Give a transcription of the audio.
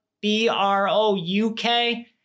B-R-O-U-K